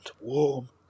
warm